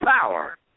power